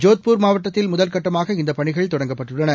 ஜோத்பூர் மாவட்டத்தில் முதற்கட்டமாக இந்தப் பணிகள் தொடங்கப்பட்டுள்ளன